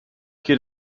geht